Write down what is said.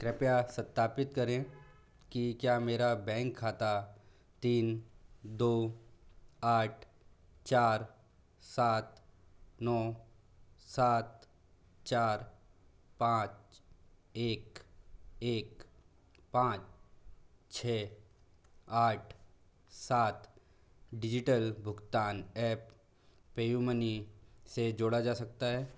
कृपया सत्यापित करें कि क्या मेरा बैंक खाता तीन दो आठ चार सात नौ सात चार पाँच एक एक पाँच छः आठ सात डिजिटल भुगतान ऐप पेयू मनी से जोड़ा जा सकता है